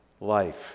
life